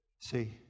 See